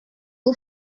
who